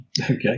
Okay